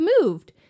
moved